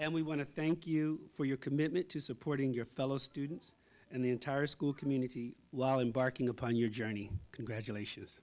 and we want to thank you for your commitment to supporting your fellow students and the entire school community while embarking upon your journey congratulations